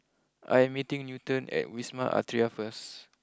I am meeting Newton at Wisma Atria first